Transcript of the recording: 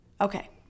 Okay